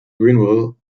greenville